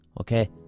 okay